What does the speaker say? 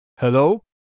Hello